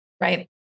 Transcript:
right